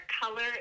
color